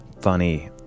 funny